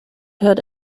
hurt